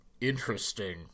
interesting